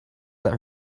that